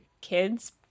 kids –